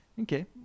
Okay